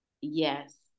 yes